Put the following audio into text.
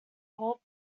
help